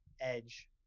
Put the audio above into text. Edge